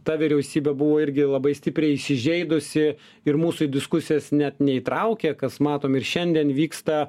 ta vyriausybė buvo irgi labai stipriai įsižeidusi ir mūsų į diskusijas net neįtraukė kas matom ir šiandien vyksta